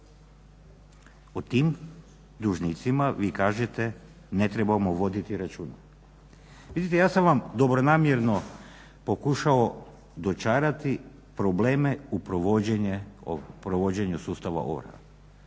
O tim dužnicima vi kažete ne trebamo voditi računa. Vidite ja sam vam dobronamjerno pokušao dočarati probleme u provođenju sustava ovrha